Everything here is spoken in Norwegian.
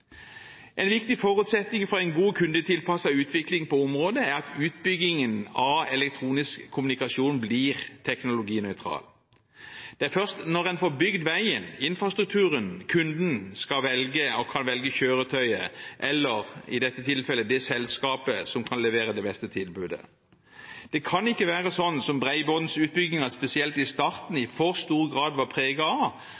En viktig forutsetning for en god kundetilpasset utvikling på området er at utbyggingen av elektronisk kommunikasjon blir teknologinøytral. Det er først når man får bygd veien, infrastrukturen, at kunden kan velge kjøretøyet, eller i dette tilfellet det selskapet, som kan levere det beste tilbudet. Det kan ikke være slik som bredbåndsutbyggingen spesielt i starten